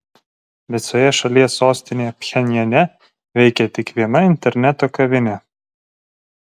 visoje šalies sostinėje pchenjane veikia tik viena interneto kavinė